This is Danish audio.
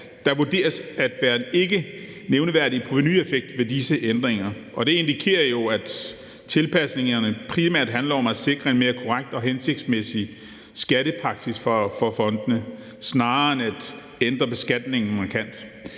der vurderes at være en ikke nævneværdig provenueffekt ved disse ændringer, og det indikerer jo, at tilpasningerne primært handler om at sikre en mere korrekt og hensigtsmæssig skattepraksis for fondene snarere end at ændre beskatningen markant.